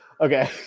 Okay